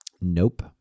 Nope